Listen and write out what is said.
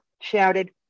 shouted